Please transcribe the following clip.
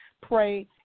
pray